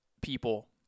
people